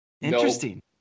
interesting